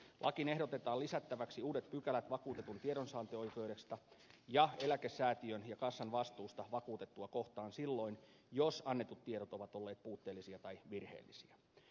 lakiin ehdotetaan lisättäväksi uudet pykälät vakuutetun tiedonsaantioikeudesta ja eläkesäätiön ja kassan vastuusta vakuutettua kohtaan silloin jos annetut tiedot ovat olleet puutteellisia tai virheellisiä